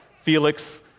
Felix